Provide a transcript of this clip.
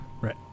Right